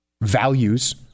values